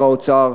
שר האוצר,